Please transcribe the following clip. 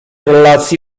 relacji